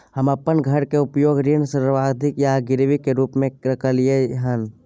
हम अपन घर के उपयोग ऋण संपार्श्विक या गिरवी के रूप में कलियै हन